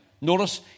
Notice